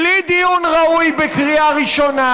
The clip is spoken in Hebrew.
בלי דיון ראוי בקריאה ראשונה